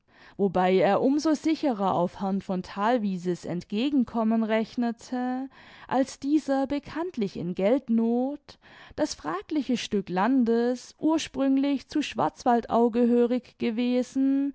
wobei er um so sicherer auf herrn von thalwiese's entgegenkommen rechnete als dieser bekanntlich in geldnoth das fragliche stück landes ursprünglich zu schwarzwaldau gehörig gewesen